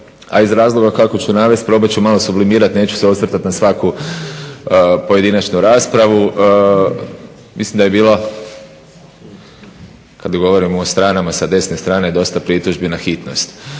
a iz razloga kako ću navesti probat ću malo sublimirati, neću se osvrtati na svaku pojedinačnu raspravu. Mislim da je bilo kad govorimo o stranama sa desne strane dosta pritužbi na hitnost.